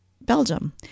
Belgium